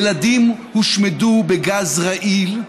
ילדים הושמדו בגז רעיל.